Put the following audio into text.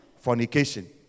Fornication